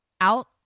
out